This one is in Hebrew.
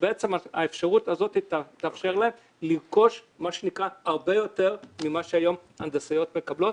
עבדתי בעבר באחת מחברות כוח האדם ואין הרבה מכרזים מה שנקרא מכרזים רמה